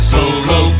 Solo